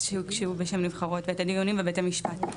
שהוגשו בשם נבחרות ואת הדיונים בבתי משפט.